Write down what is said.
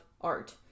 art